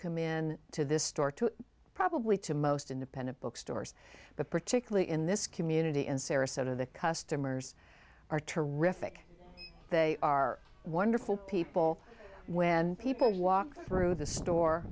come in to this store to probably to most independent bookstores but particularly in this community in sarasota the customers are terrific they are wonderful people when people walk through the store